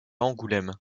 angoulême